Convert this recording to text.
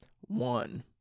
one